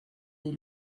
des